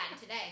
today